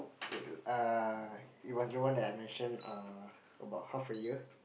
it uh it was the one that I mention err about half a year